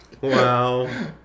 Wow